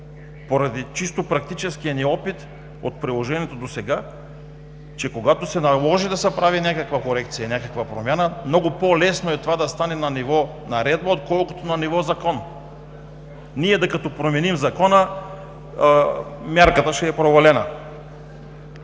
поради чисто практическия ни опит от приложеното досега, че когато се наложи да се прави някаква корекция, някаква промяна, много по-лесно е това да стане на ниво наредба, отколкото на ниво закон. Ние като променим Закона, мярката ще е провалена.